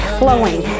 flowing